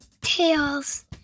Tails